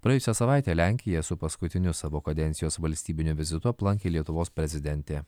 praėjusią savaitę lenkija su paskutiniu savo kadencijos valstybiniu vizitu aplankė lietuvos prezidentė